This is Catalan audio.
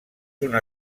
una